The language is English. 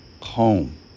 home